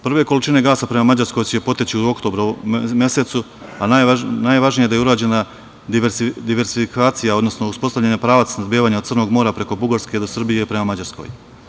Prve količine gasa prema Mađarskoj će poteći u oktobru mesecu, a najvažnije je da je urađena diverzifikacija, odnosno uspostavljen je pravac snabdevanja od Crnog mora preko Bugarske do Srbije prema Mađarskoj.